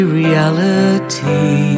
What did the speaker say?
reality